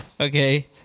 okay